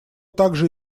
также